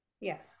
Yes